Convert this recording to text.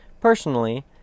Personally